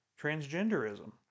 transgenderism